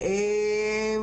באמת,